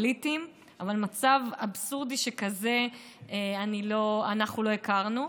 אבל מצב אבסורדי שכזה אנחנו לא הכרנו.